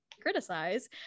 criticize